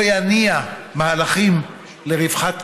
לא יניע מהלכים לרווחת הקשישים,